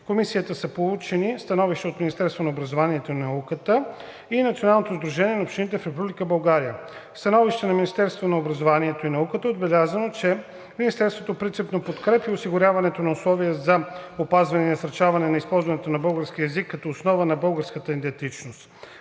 Комисията са получени становища от Министерството на образованието и науката и от Националното сдружение на общините в Република България. В становището на Министерството на образованието и науката е отбелязано, че Министерството принципно подкрепя осигуряването на условия за опазване и насърчаване на използването на българския език като основа на българската идентичност.